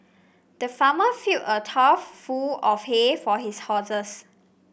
the farmer filled a trough full of hay for his horses